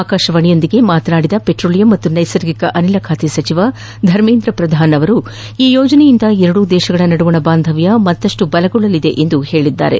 ಆಕಾಶವಾಣಿಯೊಂದಿಗೆ ಮಾತನಾಡಿದ ಪೆಟ್ರೋಲಿಯಂ ಮತ್ತು ನೈಸರ್ಗಿಕ ಅನಿಲ ಖಾತೆ ಸಚಿವ ಧರ್ಮೇಂದ್ರ ಪ್ರಧಾನ್ ಅವರು ಈ ಯೋಜನೆಯಿಂದ ಎರಡೂ ದೇಶಗಳ ನಡುವಿನ ಬಾಂಧವ್ಯ ಮತ್ತಷ್ಟು ಬಲಗೊಳ್ಳಲಿದೆ ಎಂದು ಹೇಳಿದ್ದಾರೆ